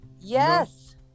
yes